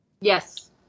Yes